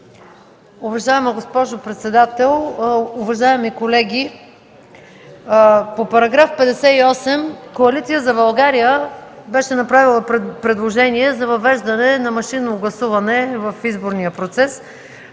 Уважаема госпожо председател, уважаеми колеги! По § 58 Коалиция за България беше направила предложение за въвеждане на машинно гласуване в изборния процес,